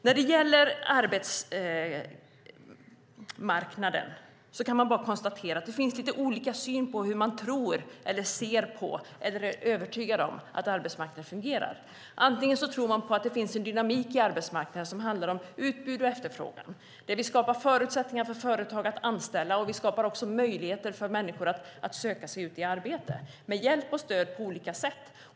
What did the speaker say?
När det gäller arbetsmarknaden kan man bara konstatera att det finns lite olika syn på - eller rättare sagt att man tror eller är övertygad om - hur arbetsmarknaden fungerar. Man kan se det som att det finns en dynamik i arbetsmarknaden som handlar om utbud och efterfrågan, där vi skapar förutsättningar för företag att anställa, och vi skapar också möjligheter för människor att söka sig ut i arbete med hjälp och stöd på olika sätt.